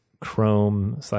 chrome